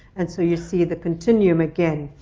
and so you see the continuum again.